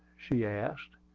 she asked,